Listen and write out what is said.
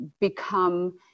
become